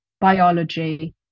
biology